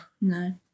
No